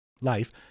life